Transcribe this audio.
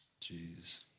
jeez